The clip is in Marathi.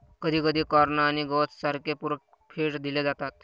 कधीकधी कॉर्न आणि गवत सारखे पूरक फीड दिले जातात